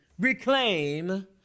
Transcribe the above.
Reclaim